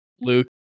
Luke